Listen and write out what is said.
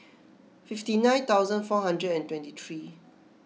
fifty nine thousand four hundred and twenty three